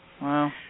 Wow